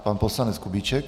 Pan poslanec Kubíček.